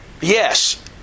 yes